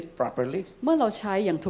properly